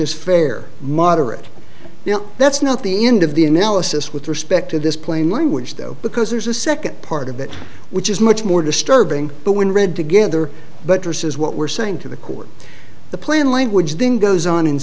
is fair moderate that's not the end of the analysis with respect to this plain language though because there's a second part of that which is much more disturbing but when read together buttresses what we're saying to the court the plan language then goes on